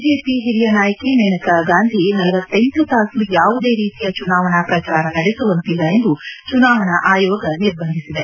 BJP ಹಿರಿಯ ನಾಯಕಿ ಮೇನಕಾ ಗಾಂಧಿ ಳಲ ತಾಸು ಯಾವುದೇ ರೀತಿಯ ಚುನಾವಣಾ ಪ್ರಚಾರ ನಡೆಸುವಂತಿಲ್ಲ ಎಂದು ಚುನಾವಣಾ ಆಯೋಗ ನಿರ್ಬಂಧಿಸಿದೆ